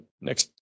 next